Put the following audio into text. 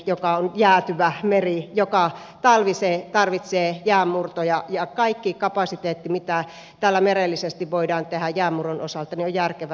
joka talvi se tarvitsee jäänmurtoja ja on järkevää että kaikki kapasiteetti mitä täällä merellisesti voidaan käyttää jäänmurron osalta ja järkevä